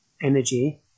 energy